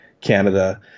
Canada